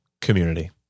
community